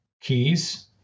keys